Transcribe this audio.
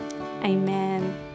amen